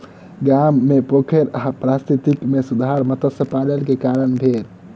गाम मे पोखैर आ पारिस्थितिकी मे सुधार मत्स्य पालन के कारण भेल